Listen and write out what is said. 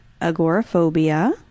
agoraphobia